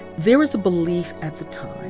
there was a belief at the time